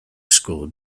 school